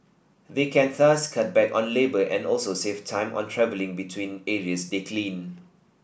they can thus cut back on labour and also save time on travelling between areas they clean